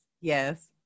yes